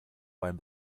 beim